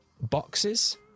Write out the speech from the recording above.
boxes